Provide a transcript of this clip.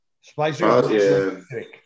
Spicy